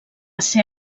ser